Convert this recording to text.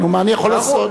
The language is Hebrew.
מה היית עושה לי.